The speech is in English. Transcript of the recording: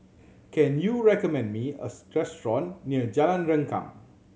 can you recommend me a near Jalan Rengkam